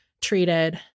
treated